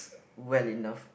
well enough